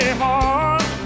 hard